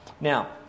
Now